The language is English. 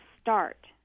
start